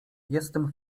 jestem